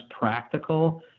practical